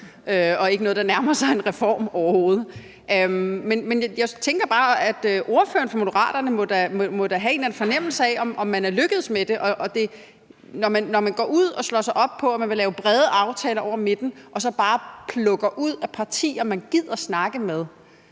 og ikke noget, der nærmer sig en reform overhovedet. Men jeg tænker bare, at ordføreren for Moderaterne da må have en eller anden fornemmelse af, om man er lykkedes med det. Når man går ud og slår sig op på, at man vil lave brede aftaler over midten, men så bare plukker partier ud, man gider at snakke med,